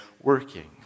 working